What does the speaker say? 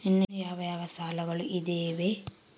ಇನ್ನು ಯಾವ ಯಾವ ಸಾಲಗಳು ಇದಾವೆ?